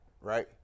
right